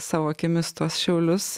savo akimis tuos šiaulius